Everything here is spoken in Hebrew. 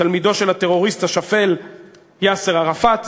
תלמידו של הטרוריסט השפל יאסר ערפאת,